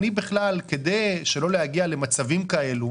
כדי שלא להגיע למצבים כאלה,